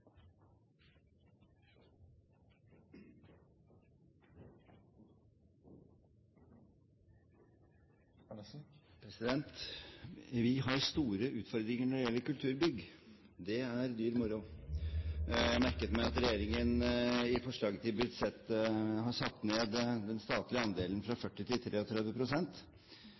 Kringkastingsrådet. Vi har store utfordringer når det gjelder kulturbygg. Det er dyr moro. Jeg har merket meg at regjeringen i forslag til budsjett har satt ned den statlige andelen fra 40 til